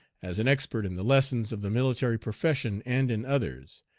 as an expert in the lessons of the military profession and in others,